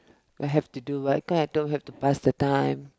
I have to do why can't I don't have to pass the time